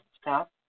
stop